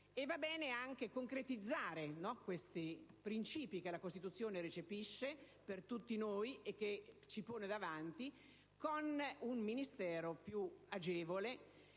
va bene anche concretizzare questi princìpi che la Costituzione recepisce per tutti noi e ci pone davanti con un Ministero più agili,